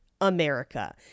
america